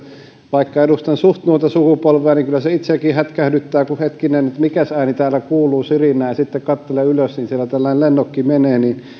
vaikka edustan suht nuorta sukupolvea kyllä se itseäkin hätkähdyttää että hetkinen mikäs ääni kuuluu sirinää ja sitten kun katselee ylös niin siellä tällainen lennokki menee